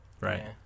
Right